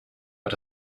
but